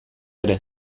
ere